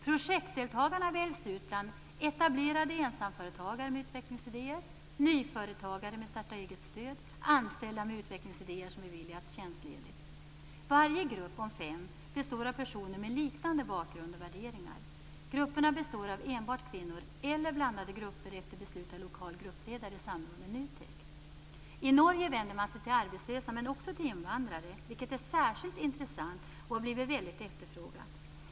Projektdeltagarna väljs ut bland etablerade ensamföretagare med utvecklingsidéer, nyföretagare med starta-eget-stöd och anställda med utvecklingsidéer som beviljats tjänstledigt. Varje grupp om fem består av personer med liknande bakgrund och värderingar. Grupperna består av enbart kvinnor eller blandade grupper efter beslut av lokal gruppledare i samråd med NUTEK. I Norge vänder man sig till arbetslösa men också till invandrare, vilket är särskilt intressant och har blivit väldigt efterfrågat.